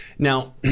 now